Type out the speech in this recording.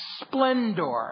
splendor